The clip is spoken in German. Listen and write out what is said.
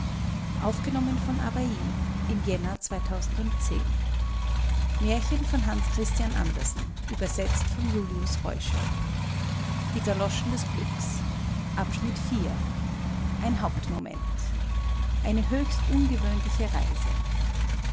die galoschen blieben in dem hospital iv ein hauptmoment eine höchst ungewöhnliche reise